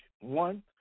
One